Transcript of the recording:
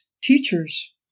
teachers